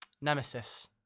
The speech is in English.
Nemesis